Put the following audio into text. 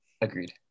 Agreed